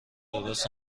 درست